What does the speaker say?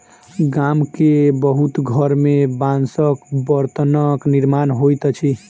गाम के बहुत घर में बांसक बर्तनक निर्माण होइत अछि